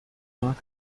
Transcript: mag